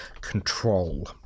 control